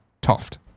Toft